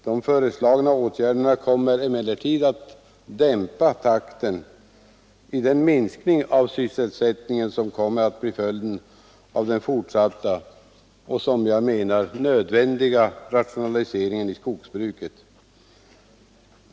De föreslagna åtgärderna kommer dock att dämpa minskningstakten i sysselsättningen, som blir följden av den fortsatta och som jag menar nödvändiga rationaliseringen av skogsbruket.